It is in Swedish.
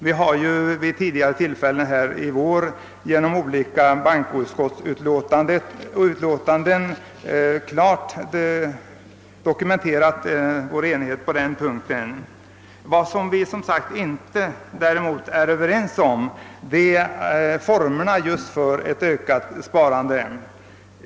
Vi har ju i samband med flera utlåtanden från bankoutskottet tidigare i år klart dokumenterat vår enighet på denna punkt. Något som vi, som sagt, däremot inte är överens om är formerna för ett ökat sparande.